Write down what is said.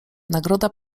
nagroda